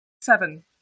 seven